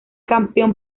campeón